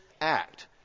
act